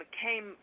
came